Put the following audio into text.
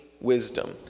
wisdom